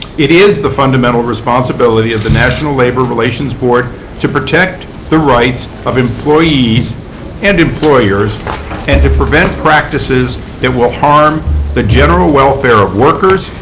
it is the fundamental responsibility of the national labor relations board to protect the rights of employees and employers and to prevent practices that will harm the general welfare of workers,